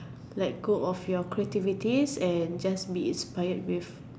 like go off your creativities and just be inspired with